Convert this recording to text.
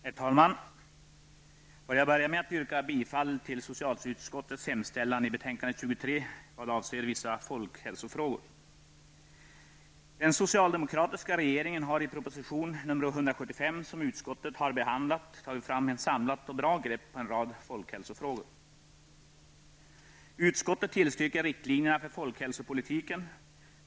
Herr talman! Jag vill börja med att yrka bifall till socialutskottets hemställan i betänkande 23 vad avser vissa folkhälsofrågor. Den socialdemokratiska regeringen har i proposition nr 175, som utskottet har behandlat, tagit ett samlat och bra grepp på en rad folkhälsofrågor. Utskottet tillstyrker riktlinjerna för folkhälsopolitiken.